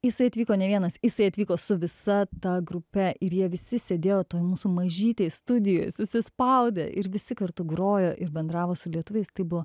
jisai atvyko ne vienas jisai atvyko su visa ta grupe ir jie visi sėdėjo toj mūsų mažytėj studijoj susispaudę ir visi kartu grojo ir bendravo su lietuviais tai buvo